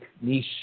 niche